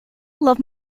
love